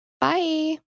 Bye